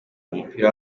umupira